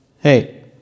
hey